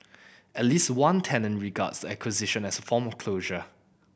at least one tenant regards the acquisition as a form of closure